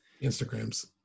Instagrams